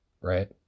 right